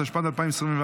התשפ"ד 2024,